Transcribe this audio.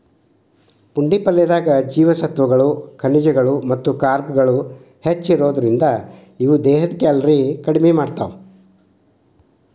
ಪುಂಡಿ ಪಲ್ಲೆದಾಗ ಜೇವಸತ್ವಗಳು, ಖನಿಜಗಳು ಮತ್ತ ಕಾರ್ಬ್ಗಳು ಹೆಚ್ಚಿರೋದ್ರಿಂದ, ಇವು ದೇಹದ ಕ್ಯಾಲೋರಿ ಕಡಿಮಿ ಮಾಡ್ತಾವ